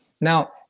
Now